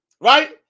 Right